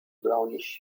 brownish